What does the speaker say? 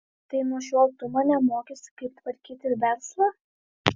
tai nuo šiol tu mane mokysi kaip tvarkyti verslą